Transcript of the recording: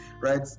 Right